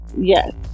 Yes